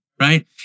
right